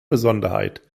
besonderheit